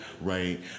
right